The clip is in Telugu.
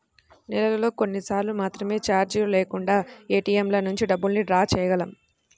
నెలలో కొన్నిసార్లు మాత్రమే చార్జీలు లేకుండా ఏటీఎంల నుంచి డబ్బుల్ని డ్రా చేయగలం